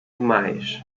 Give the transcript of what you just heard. demais